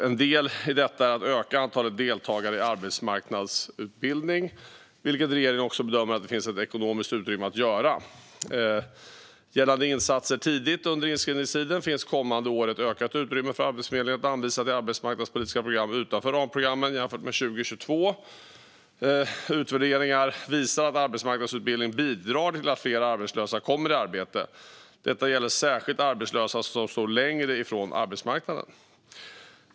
En del i detta är att öka antalet deltagare i arbetsmarknadsutbildning, vilket regeringen också bedömer att det finns ekonomiskt utrymme att göra. Gällande insatser tidigt under inskrivningstiden finns kommande år ett ökat utrymme för Arbetsförmedlingen att anvisa till arbetsmarknadspolitiska program utanför ramprogrammen jämfört med 2022. Utvärderingar visar att arbetsmarknadsutbildning bidrar till att fler arbetslösa kommer i arbete, och detta gäller särskilt arbetslösa som står långt ifrån arbetsmarknaden.